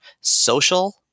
social